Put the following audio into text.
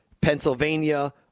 Pennsylvania